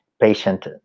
patient